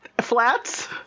flats